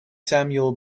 samuel